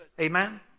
Amen